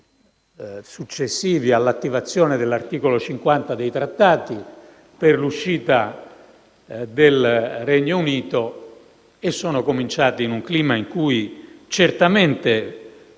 successivi all'attivazione dell'articolo 50 dei Trattati per l'uscita del Regno Unito e sono iniziati in un clima in cui certamente